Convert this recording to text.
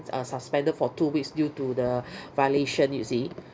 uh suspended for two weeks due to the violation you see